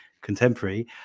contemporary